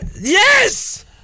Yes